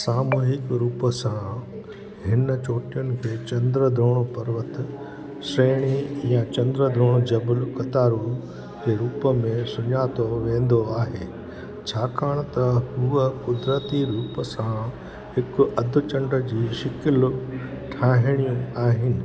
सामूहिक रूप सां हिन चोटियुनि खे चंद्रद्रोण पर्वत श्रेणी या चंद्रद्रोण जबल क़तारु जे रूप में सुञातो वेंदो आहे छाकाण त हुअ कुदरती रूप सां हिकु अधु चंडु जी शिकिल ठाहींणियूं आहिनि